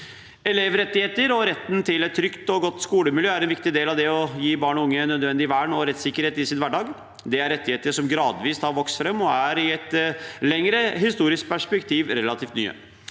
Elevrettigheter og retten til et trygt og godt skolemiljø er en viktig del av det å gi barn og unge nødvendig vern og rettssikkerhet i deres hverdag. Det er rettigheter som gradvis har vokst fram, og er i et lengre historisk perspektiv relativt nye.